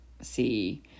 See